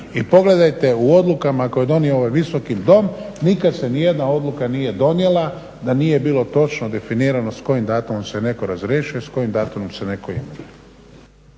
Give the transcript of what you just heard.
I pogledajte u odlukama koje je donio ovaj Visoki dom nikad se ni jedna odluka nije donijela da nije bilo točno definirano s kojim datumom se netko razrješuje, s kojim datumom se netko imenuje.